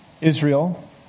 Israel